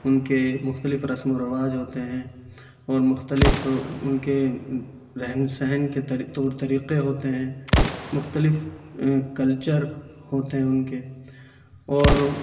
ان کے مختلف رسم و رواج ہوتے ہیں اور مختلف ان کے رہن سہن کے طور طریقہ ہوتے ہیں مختلف کلچر ہوتے ہیں ان کے اور